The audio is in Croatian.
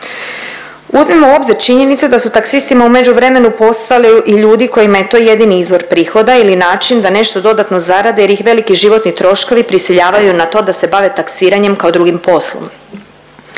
Uzmimo u obzir činjenicu da su taksistima u međuvremenu postali i ljudi kojima je to jedini izvor prihoda ili način da nešto dodatno zarade jer ih veliki životi troškovi prisiljavaju na to da se bave taksiranjem kao drugim poslom.